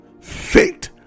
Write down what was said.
faith